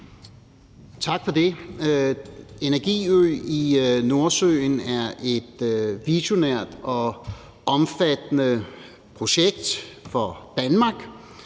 Tak for det. Energiøen i Nordsøen er et visionært og omfattende projekt for Danmark.